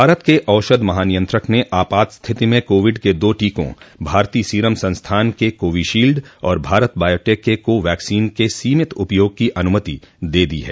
भारत के औषध महानियंत्रक ने आपात स्थिति में कोविड के दो टीकों भारतीय सीरम संस्थान के कोविशील्ड और भारत बायोटेक के कोवैक्सीन के सीमित उपयोग की अनुमति दे दी है